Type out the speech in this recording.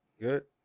Good